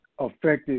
affected